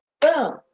boom